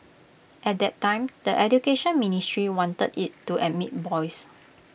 at that time the Education Ministry wanted IT to admit boys